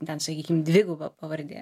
ten sakykim dviguba pavardė